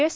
S